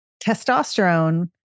testosterone